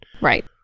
Right